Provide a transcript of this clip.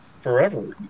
forever